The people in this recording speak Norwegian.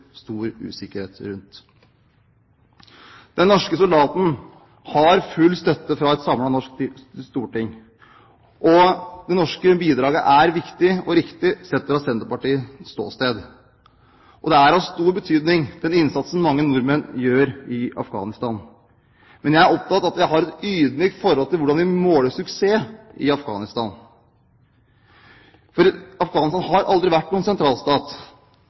stor usikkerhet rundt. Den norske soldaten har full støtte fra et samlet norsk storting. Det norske bidraget er viktig og riktig sett fra Senterpartiets ståsted. Den innsatsen mange nordmenn gjør i Afghanistan, er av stor betydning. Men jeg er opptatt av at vi har et ydmykt forhold til hvordan vi måler suksess i Afghanistan. For Afghanistan har aldri vært noen sentralstat,